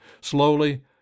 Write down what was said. Slowly